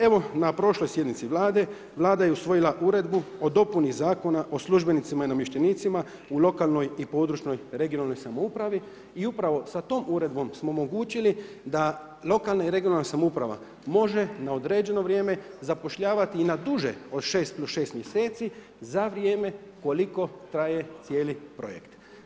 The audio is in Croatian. Evo na prošloj sjednici Vlade, Vlada je usvojila uredbu o dopuni Zakona o službenicima i namještenicima u lokalnoj i područnoj (regionalnoj) samoupravi i upravo sa tom uredbom smo omogućili da lokalne i regionalna samouprava može na određeno vrijeme zapošljavati i na duže od šest plus šest mjeseci za vrijeme koliko traje cijeli projekt.